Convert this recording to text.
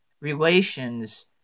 relations